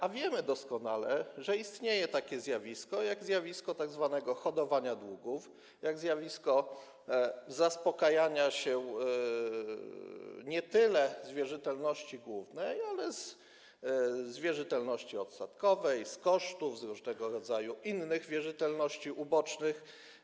A wiemy doskonale, że istnieją takie zjawiska jak zjawisko tzw. hodowania długów, jak zjawisko zaspokajania się nie tyle z wierzytelności głównej, ale z wierzytelności odsetkowej, z kosztów, z różnego rodzaju innych wierzytelności ubocznych.